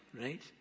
right